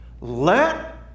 let